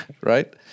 right